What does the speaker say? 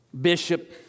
Bishop